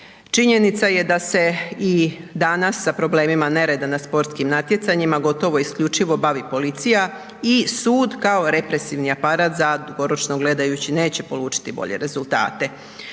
Činjenica je da se i danas sa problemima nereda na sportskim natjecanjima gotovo isključivo bavi policija i sud kao represivni aparat za dugoročno gledajući, neće polučiti bolje rezultate.